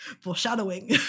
Foreshadowing